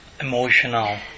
emotional